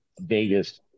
Vegas